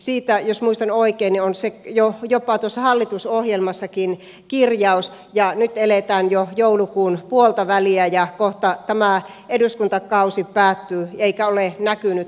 siitä jos muistan oikein on jopa hallitusohjelmassa kirjaus ja nyt eletään jo joulukuun puoltaväliä ja kohta tämä eduskuntakausi päättyy eikä ole näkynyt asiakasmaksulakia